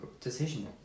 decision